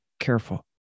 careful